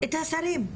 את השרים,